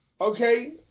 Okay